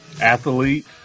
athlete